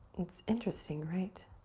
it's interesting, right?